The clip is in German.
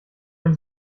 denn